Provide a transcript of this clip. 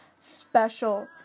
special